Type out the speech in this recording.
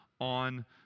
on